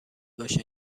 باشد